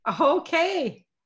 Okay